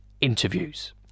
interviews